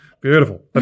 Beautiful